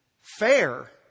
Fair